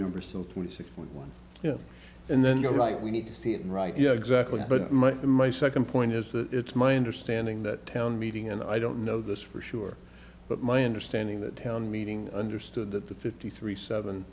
number so twenty six point one and then you're right we need to see it right yeah exactly but my my second point is that it's my understanding that town meeting and i don't know this for sure but my understanding that town meeting understood that the fifty three seven